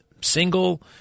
single